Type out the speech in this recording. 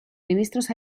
ministros